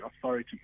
Authority